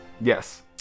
Yes